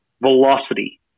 velocity